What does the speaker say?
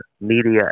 media